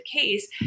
case